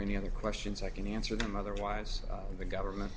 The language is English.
any other questions i can answer them otherwise the government